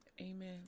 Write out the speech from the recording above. Amen